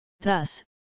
Thus